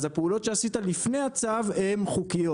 אז הפעולות שעשית לפני הצו הן חוקיות,